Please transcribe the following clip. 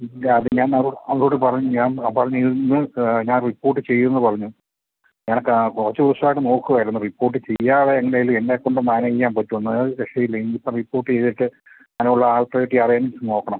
ഇല്ല അത് ഞാനവരോട് അവരോട് പറഞ്ഞു ഞാൻ അപ്പോൾ പറഞ്ഞു ഇന്ന് ഞാൻ റിപ്പോർട്ട് ചെയ്യുമെന്ന് പറഞ്ഞു ഞാനൊക്കെ കുറച്ച് ദിവസമായിട്ട് നോക്കുകയായിരുന്നു റിപ്പോർട്ട് ചെയ്യാതെ എന്തേലും എന്നെക്കൊണ്ട് മാനേജ് ചെയ്യാൻ പറ്റുമെന്ന് അത് രക്ഷയില്ല ഇനി ഇപ്പോൾ റിപ്പോർട്ട് ചെയ്തിട്ട് അതിനുള്ള ആൾ പ്രെറ്റി അറെയ്ഞ്ച് ചെയ്ത് നോക്കണം